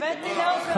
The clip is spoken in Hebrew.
הבאתי לעופר השראה.